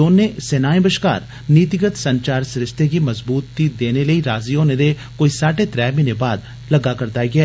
दोने सेनाएं बश्कार नीतिगत संचार सरिस्ते गी मजबूती देने लेई राजी होने दे कोई साड्डे त्रै म्हीने बाद लग्गा करदा ऐ